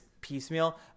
piecemeal